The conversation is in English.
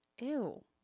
Ew